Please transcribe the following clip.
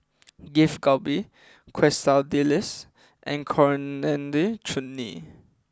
Beef Galbi Quesadillas and Coriander Chutney